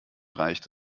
reicht